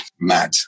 mad